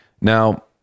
Now